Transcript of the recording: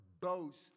boast